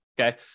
okay